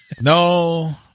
No